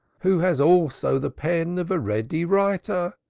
who has also the pen of a ready writer.